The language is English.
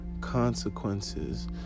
consequences